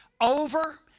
over